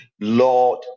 Lord